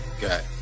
Got